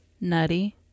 nutty